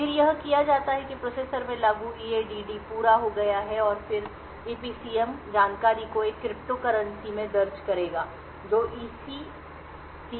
फिर यह किया जाता है कि प्रोसेसर में लागू ईएडीडी पूरा हो गया है और फिर ईपीसीएम जानकारी को एक क्रिप्टोकरंसी में दर्ज करेगा जो एसईसीएस में संग्रहीत है